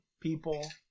people